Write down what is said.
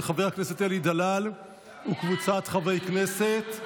של חבר הכנסת אלי דלל וקבוצת חברי הכנסת.